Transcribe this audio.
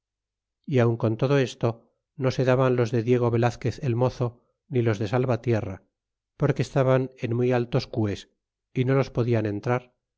y aun con todo esto no se daban los de diego velazquez el mozo ni los de salvatierra porque estaban en muy altos cues y no los podian entrar